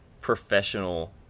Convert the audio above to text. professional